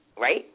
right